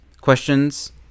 questions